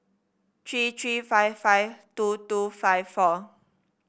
three three five five two two five four